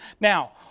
Now